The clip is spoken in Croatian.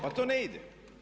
Pa to ne ide.